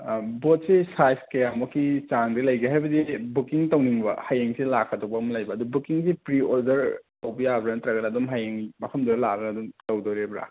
ꯕꯣꯠꯁꯦ size ꯀꯌꯥꯃꯨꯛꯀꯤ ꯆꯥꯡꯗ ꯂꯩꯒꯦ ꯍꯥꯏꯕꯗꯤ ꯕꯨꯛꯀꯤꯡ ꯇꯧꯅꯤꯡꯕ ꯍꯌꯦꯡꯁꯦ ꯂꯥꯛꯀꯗꯧꯕ ꯑꯃ ꯂꯩꯕ ꯑꯗꯨ ꯕꯨꯛꯀꯤꯡꯁꯦ ꯄ꯭ꯔꯤ ꯑꯣꯗꯔ ꯇꯧꯕ ꯌꯥꯕ꯭ꯔꯥ ꯅꯠꯇ꯭ꯔꯒꯅ ꯑꯗꯨꯝ ꯍꯌꯦꯡ ꯃꯐꯝꯗꯨꯗ ꯂꯥꯛꯑꯒ ꯑꯗꯨꯝ ꯇꯧꯗꯣꯔꯤꯕ꯭ꯔꯥ